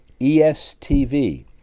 ESTV